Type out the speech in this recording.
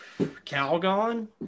Calgon